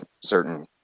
certain